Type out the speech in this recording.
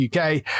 uk